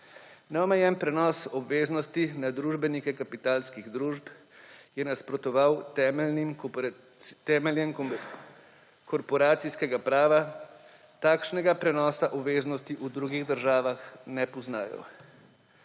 Neomejen prenos obveznosti na družbenike kapitalskih družb je nasprotoval temeljem korporacijskega prava, takšnega prenosa obveznosti v drugih državah ne poznajo.